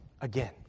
again